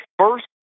first